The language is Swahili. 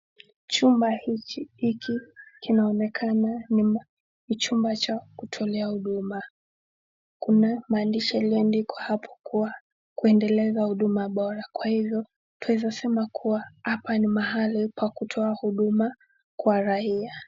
Chumba hiki kinaonekana ni chumba cha kutolea huduma. Kuna maandishi yalioandikwa hapo kuwa kuendeleza huduma bora kwa hivyo tunaweza sema kuwa hapa ni mahali pa kutoa huduma kwa raia.